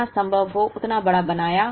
जितना संभव हो उतना बड़ा बनाया